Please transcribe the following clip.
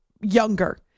younger